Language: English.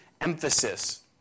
emphasis